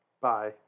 Bye